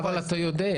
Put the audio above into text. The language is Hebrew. אבל אתה יודע,